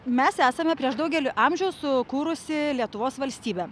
mes esame prieš daugelių amžių sukūrusi lietuvos valstybė